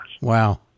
wow